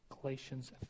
Galatians